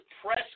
press